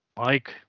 Mike